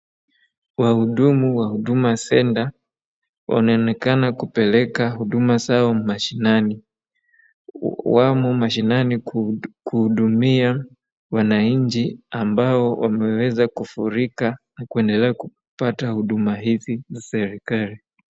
Wahudumu wa Huduma Center wanaonekana kupeleka huduma zao mashinani wamo kuhudumia wananchi ambao wameweza kufurika na kuendelea kupata huduma hizi za serikali.